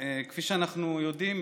כפי שאנחנו יודעים,